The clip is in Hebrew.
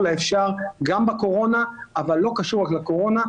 האפשר גם בקורונה אבל לא קשור רק לקורונה,